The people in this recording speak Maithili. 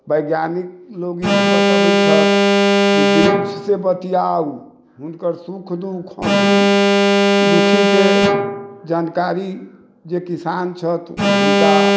वैज्ञानिक लोक ई बतैबे छथि जे वृक्षसँ बतियाऊ हुनकर सुख दुःख हँसी दुःखीके जानकारि जे किसान छथि हुनका